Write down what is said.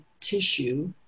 tissue